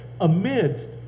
amidst